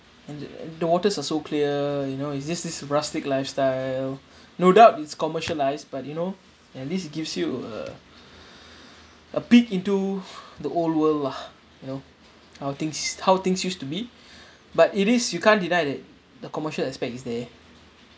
and th~ the waters are so clear you know it's just this rustic lifestyle no doubt it's commercialised but you know at least it gives you a a peek into the old world lah you know how things how things used to be but it is you can't deny that the commercial aspect is there